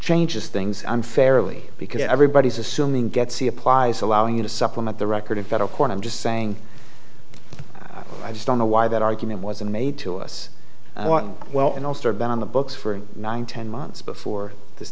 changes things i'm fairly because everybody's assuming gets the applies allowing you to supplement the record in federal court i'm just saying i just don't know why that argument wasn't made to us well and i'll start back on the books for nine ten months before this